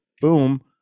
boom